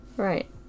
Right